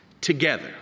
together